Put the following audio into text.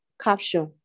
Capture